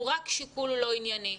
הוא רק שיקול לא ענייני.